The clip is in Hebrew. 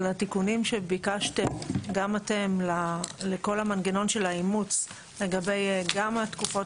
אבל התיקונים שביקשתם גם אתם לכל המנגנון של האימוץ לגבי גם תקופות